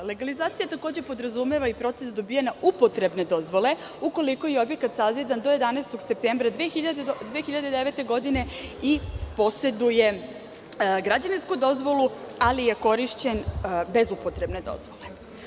Legalizacija takođe podrazumeva i proces dobijanja upotrebne dozvole, ukoliko je objekat sazidan do 11. septembra 2009. godine i poseduje građevinsku dozvolu, ali je korišćen bez upotrebne dozvole.